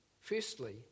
Firstly